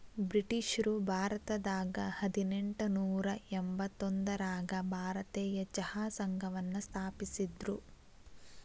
ಬ್ರಿಟಿಷ್ರು ಭಾರತದಾಗ ಹದಿನೆಂಟನೂರ ಎಂಬತ್ತೊಂದರಾಗ ಭಾರತೇಯ ಚಹಾ ಸಂಘವನ್ನ ಸ್ಥಾಪಿಸಿದ್ರು